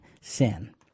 sin